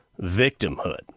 victimhood